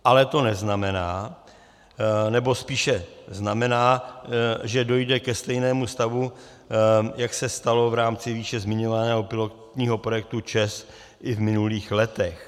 Ale to neznamená nebo spíše znamená, že dojde ke stejnému stavu, jak se stalo v rámci výše zmiňovaného pilotního projektu ČEZ i v minulých letech.